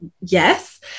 yes